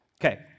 Okay